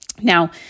Now